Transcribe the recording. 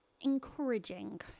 encouraging